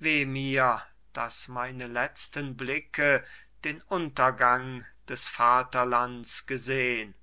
weh mir dass meine letzten blicke den untergang des vaterlands gesehn